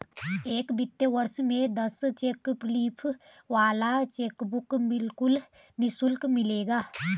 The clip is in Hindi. एक वित्तीय वर्ष में दस चेक लीफ वाला चेकबुक बिल्कुल निशुल्क मिलेगा